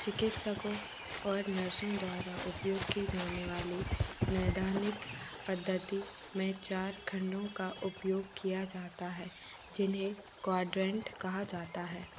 चिकित्सकों और नर्सों द्वारा उपयोग की जाने वाली नैदानिक पद्धति में चार खंडों का उपयोग किया जाता है जिन्हें क्वाड्रेंट कहा जाता है